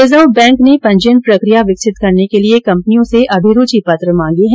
reserve bank ने पंजीयन प्रक्रिया विकसित करने के लिए कंपनियों से अभिरुचि पत्र मांगे हैं